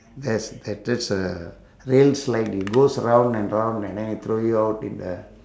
there's there that's a real slide it goes round and round and then they throw you out in a